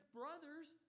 brothers